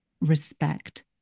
Respect